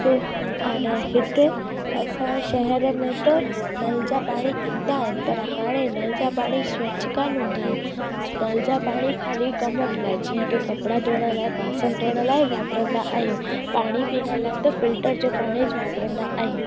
छो अने हिते असांजे शहर में त नल जा पाणी ईंदा आहिनि पर हाणे नल जा पाणी स्वच्छ कोन हूंदा आहिनि नल जा पाणी ख़ाली कमनि लाइ जीअं की कपिड़ा धोअण लाइ ॿासण धोअण लाइ वापरंदा आहियूं पाणी पीअण लाइ त फिल्टर जो पाणी वापरंदा आहियूं